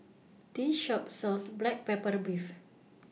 This Shop sells Black Pepper Beef